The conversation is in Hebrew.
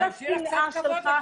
לכל השנאה שלך -- רגע,